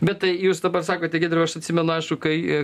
bet tai jūs dabar sakote giedriau aš atsimenu aišku kai